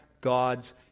god's